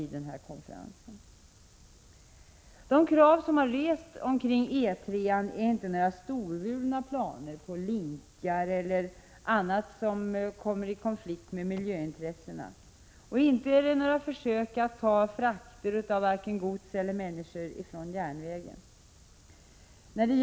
De krav som har rests beträffande E 3 är inte några storvulna planer på linkar eller annat som kommit i konflikt med miljöintressena, inte heller är det några försök att ta frakter av gods eller människor från järnvägen. När — Prot.